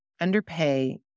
underpay